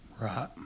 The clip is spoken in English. Right